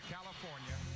California